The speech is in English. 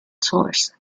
tours